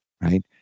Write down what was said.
right